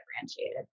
differentiated